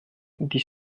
dix